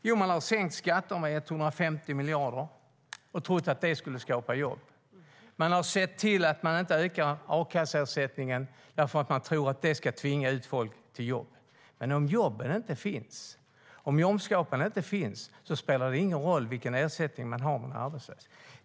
Jo, ni har sänkt skatterna med 150 miljarder och trott att det skulle skapa jobb. Ni har sett till att inte öka a-kasseersättningen, för ni tror att det ska tvinga ut folk i jobb. Men om jobben inte finns spelar det ingen roll vilken ersättning man har när man är arbetslös.